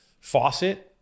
faucet